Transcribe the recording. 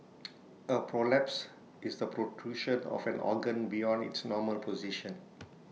A prolapse is the protrusion of an organ beyond its normal position